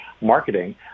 marketing